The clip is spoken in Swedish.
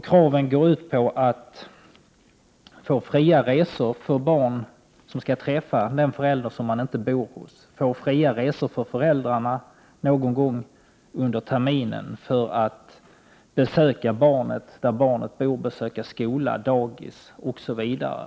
Kravet går ut på att få fria resor för barn som skall träffa den förälder som de inte bor hos och fria resor för föräldrarna någon gång under terminen för att besöka barnet där barnet bor, besöka skola, dagis osv.